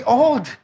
old